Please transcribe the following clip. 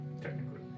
Technically